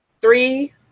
three